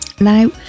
now